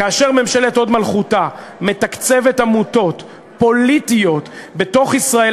כאשר ממשלת הוד מלכותה מתקצבת עמותות פוליטיות בישראל,